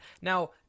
Now